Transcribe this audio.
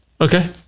Okay